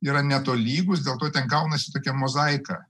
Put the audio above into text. yra netolygus dėl to ten gaunasi tokia mozaika